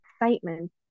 excitement